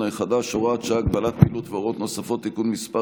החדש (הוראת שעה) (הגבלת פעילות והוראות נוספות) (תיקון מס'